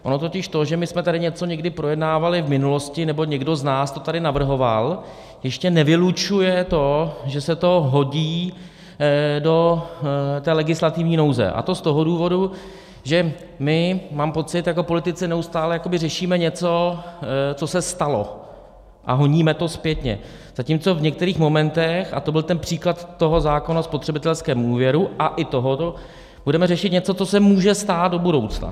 Ono totiž to, že my jsme tady něco někdy projednávali v minulosti nebo někdo z nás to tady navrhoval, ještě nevylučuje to, že se to hodí do té legislativní nouze, a to z toho důvodu, že my, mám pocit, jako politici neustále jakoby řešíme něco, co se stalo, a honíme to zpětně, zatímco v některých momentech, a to byl ten příklad toho zákona o spotřebitelském úvěru a i tohoto, budeme řešit něco, co se může stát do budoucna.